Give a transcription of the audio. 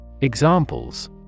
Examples